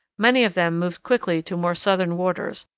many of them moved quickly to more southern waters,